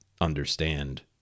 understand